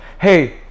Hey